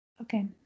Okay